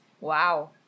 wow